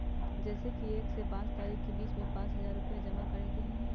जैसे कि एक से पाँच तारीक के बीज में पाँच हजार रुपया जमा करेके ही हैई?